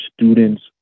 students